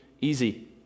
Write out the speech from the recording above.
easy